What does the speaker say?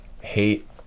hate